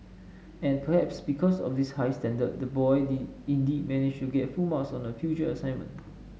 and perhaps because of this high standard the boy did indeed manage get full marks on a future assignment